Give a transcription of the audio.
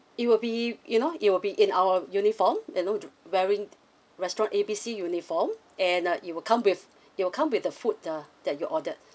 it will be you know it will be in our uniform you know wearing restaurant A B C uniform and uh it will come with it'll come with the food uh that you ordered